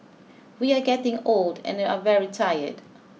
we are getting old and are very tired